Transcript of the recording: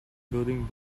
building